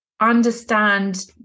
understand